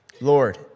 Lord